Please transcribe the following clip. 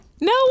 No